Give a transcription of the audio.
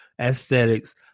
aesthetics